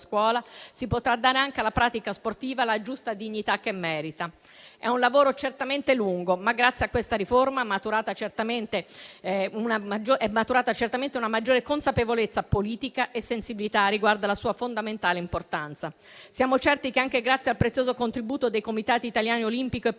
scuola si potrà dare, anche alla pratica sportiva, la giusta dignità che merita. È un lavoro certamente lungo, ma grazie a questa riforma sono maturate certamente una maggiore consapevolezza politica e una sensibilità riguardo alla sua fondamentale importanza. Siamo certi che, anche grazie al prezioso contributo dei comitati italiani olimpico e